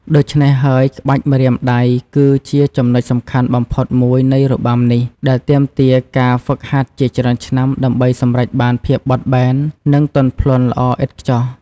ដូច្នេះហើយ ក្បាច់ម្រាមដៃ គឺជាចំណុចសំខាន់បំផុតមួយនៃរបាំនេះ ដែលទាមទារការហ្វឹកហាត់ជាច្រើនឆ្នាំដើម្បីសម្រេចបានភាពបត់បែន និងទន់ភ្លន់ល្អឥតខ្ចោះ។